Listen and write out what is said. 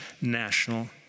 national